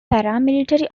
paramilitary